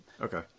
Okay